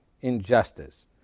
injustice